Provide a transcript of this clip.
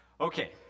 Okay